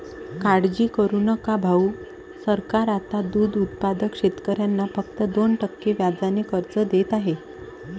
काळजी करू नका भाऊ, सरकार आता दूध उत्पादक शेतकऱ्यांना फक्त दोन टक्के व्याजाने कर्ज देत आहे